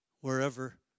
wherever